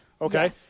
Okay